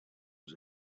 was